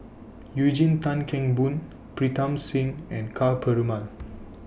Eugene Tan Kheng Boon Pritam Singh and Ka Perumal